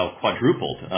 quadrupled